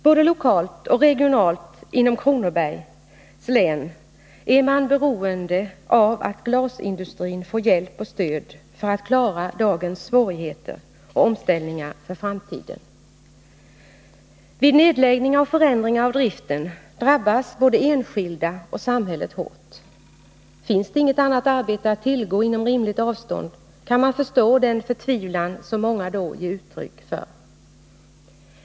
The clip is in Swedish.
Både lokalt och regionalt inom Kronobergs län är man beroende av att glasindustrin får hjälp och stöd för att klara dagens svårigheter och omställningarna för framtiden. Vid nedläggningar och förändringar av driften drabbas både enskilda och samhället hårt. Finns det inget annat arbete att tillgå inom rimligt avstånd, kan man förstå den förtvivlan som många då ger uttryck för.